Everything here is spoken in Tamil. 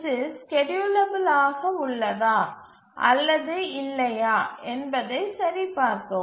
இது ஸ்கேட்யூலபில் ஆக உள்ளதா அல்லது இல்லையா என்பதைச் சரிபார்க்கவும்